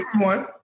One